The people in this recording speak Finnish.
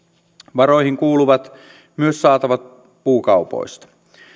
varoihin kuuluvat myös saatavat puukaupoista